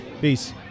Peace